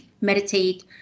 meditate